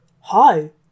Hi